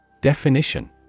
Definition